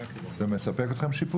שיפוי מספק אתכם?